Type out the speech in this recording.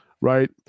right